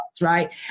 right